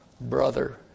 Brother